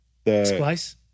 Splice